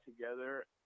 together